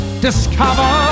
Discover